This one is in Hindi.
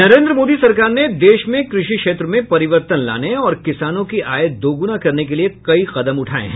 नरेंद्र मोदी सरकार ने देश में कृषि क्षेत्र में परिवर्तन लाने और किसानों की आय दोगुना करने के लिए कई कदम उठाए हैं